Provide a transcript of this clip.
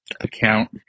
account